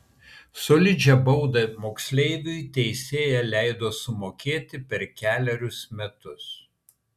solidžią baudą moksleiviui teisėja leido sumokėti per kelerius metus